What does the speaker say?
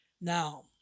Now